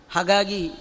Hagagi